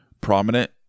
prominent